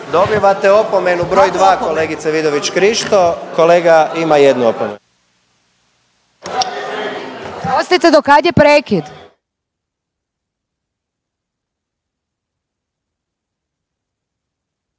Dobivate opomenu broj dva kolegice Vidović Krišto, kolega ima jednu opomenu. …/Upadica Kekin: